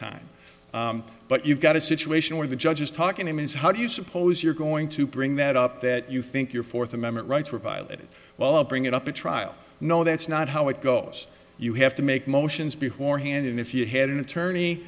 time but you've got a situation where the judge is talking to me is how do you suppose you're going to bring that up that you think your fourth amendment rights were violated well i'll bring it up to trial no that's not how it goes you have to make motions before hand and if you had an attorney